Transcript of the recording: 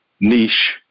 niche